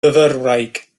fyfyrwraig